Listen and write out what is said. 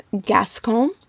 Gascon